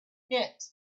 pit